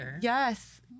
yes